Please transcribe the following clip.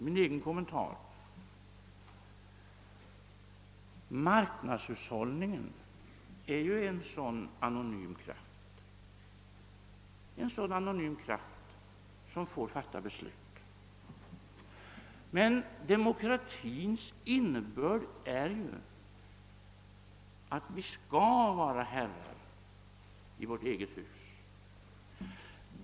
Min egen kommentar: Marknadshushållningen är ju en sådan anonym kraft som får fatta beslut. Men demokratins innebörd är ju att vi skall vara herrar i vårt eget hus.